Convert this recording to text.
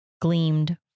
gleamed